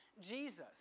Jesus